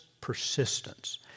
persistence